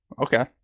Okay